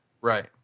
Right